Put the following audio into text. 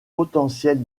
potentiels